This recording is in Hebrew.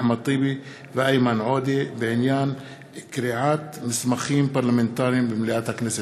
אחמד טיבי ואיימן עודה בעניין קריעת מסמכים פרלמנטריים במליאת הכנסת.